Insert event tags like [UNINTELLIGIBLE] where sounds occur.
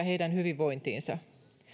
[UNINTELLIGIBLE] heidän hyvinvointiinsa